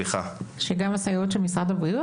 שגם הסייעות של משרד הבריאות?